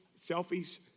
selfies